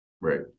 Right